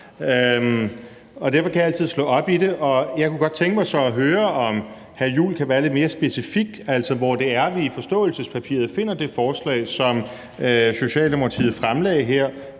derfor kan jeg altid slå op i det. Jeg kunne så godt tænke mig at høre, om hr. Christian Juhl kunne være lidt mere specifik, altså hvor vi finder det forslag i forståelsespapiret, som Socialdemokratiet fremlagde her